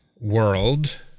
world